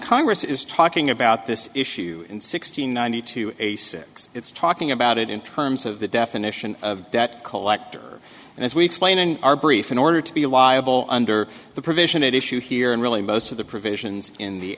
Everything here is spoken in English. congress is talking about this issue in sixteen ninety two a six it's talking about it in terms of the definition of debt collector and as we explain in our brief in order to be liable under the provision at issue here and really most of the provisions in the